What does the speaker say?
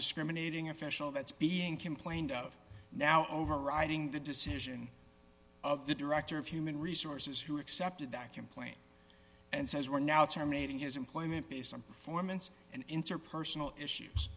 discriminating official that's being complained of now overriding the decision of the director of human resources who accepted that complaint and says we're now terminating his employment based on performance and interpersonal issues